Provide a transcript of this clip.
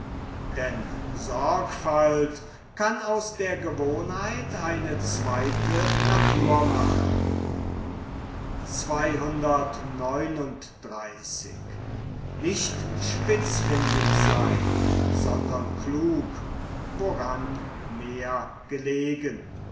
denn sorgfalt kann aus der gewohnheit eine zweite natur machen sondern klug woran mehr gelegen